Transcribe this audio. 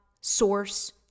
source